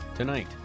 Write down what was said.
Tonight